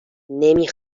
نمی